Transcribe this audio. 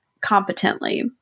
competently